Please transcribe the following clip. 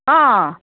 आं